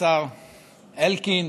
השר אלקין,